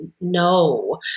no